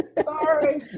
Sorry